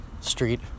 Street